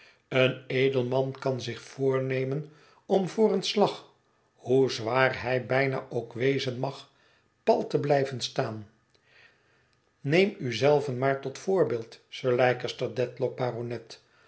een edelman kan zich voornemen om voor een slag hoe zwaar hij bijna ook wezen mag pal te blijven staan neem u zelven maar tot voorbeeld sir leicester dedlock baronet